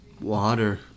Water